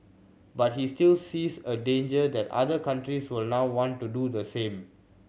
but he still sees a danger that other countries will now want to do the same